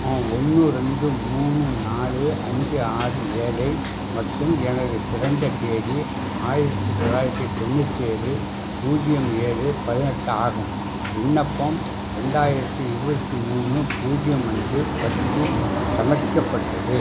ஆ ஒன்று ரெண்டு மூணு நாலு அஞ்சு ஆறு ஏழு மட்டும் எனது பிறந்ததேதி ஆயிரத்து தொளாயிரத்து தொண்ணூற்றி ஏழு பூஜ்ஜியம் ஏழு பதினெட்டு ஆகும் விண்ணப்பம் ரெண்டாயிரத்து இருபத்தி மூணு பூஜ்ஜியம் அஞ்சு பத்தில் சமரிக்கப்பட்டது